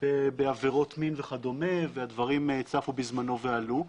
בעבירות מין וכדומה והדברים צפו בזמנו ועלו.